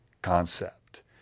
concept